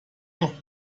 noch